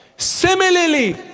similarly,